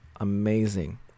amazing